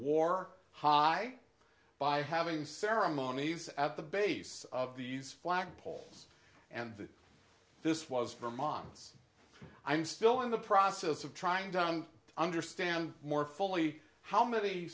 war high by having ceremonies at the base of these flag poles and that this was vermont's i'm still in the process of trying down to understand more fully how many